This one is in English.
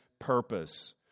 Purpose